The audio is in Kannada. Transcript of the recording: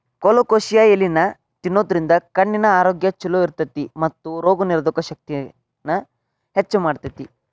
ಕೊಲೊಕೋಸಿಯಾ ಎಲಿನಾ ತಿನ್ನೋದ್ರಿಂದ ಕಣ್ಣಿನ ಆರೋಗ್ಯ್ ಚೊಲೋ ಇರ್ತೇತಿ ಮತ್ತ ರೋಗನಿರೋಧಕ ಶಕ್ತಿನ ಹೆಚ್ಚ್ ಮಾಡ್ತೆತಿ